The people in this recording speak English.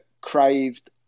craved